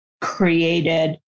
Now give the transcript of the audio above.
created